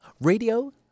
radio